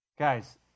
Guys